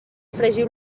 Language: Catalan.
fregiu